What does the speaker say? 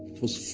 was full